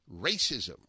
racism